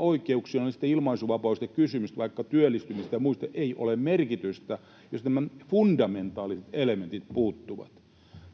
oikeuksilla — on sitten ilmaisunvapaudesta kysymys, vaikka työllistymisestä ja muista — ei ole merkitystä, jos nämä fundamentaalit elementit puuttuvat.